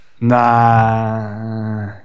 Nah